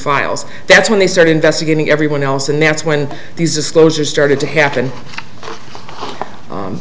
files that's when they start investigating everyone else and that's when these disclosures started to happen